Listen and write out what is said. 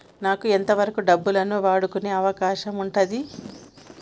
నాకు ఎంత వరకు డబ్బులను వాడుకునే అవకాశం ఉంటది?